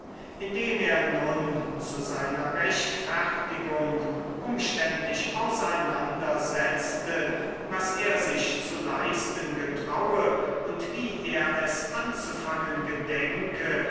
indem er nun zu seiner rechtfertigung umständlich auseinandersetzte was er sich zu leisten getraue und wie er es anzufangen gedenke